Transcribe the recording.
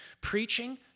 preaching